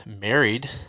married